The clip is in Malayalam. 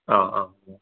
ആ ആ